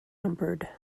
numbered